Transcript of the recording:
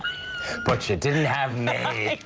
but you didn't have me.